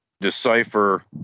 decipher